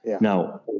Now